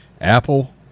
Apple